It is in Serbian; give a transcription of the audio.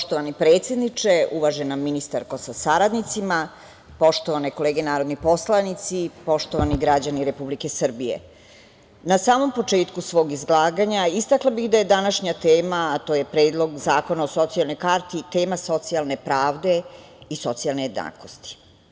Poštovani predsedniče, uvažena ministarko sa saradnicima, poštovane kolege narodni poslanici, poštovani građani Republike Srbije, na samom početku svog izlaganja istakla bih da je današnja tema, a to je Predlog zakona o socijalnoj karti tema socijalne pravde i socijalne jednakosti.